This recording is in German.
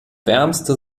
wärmste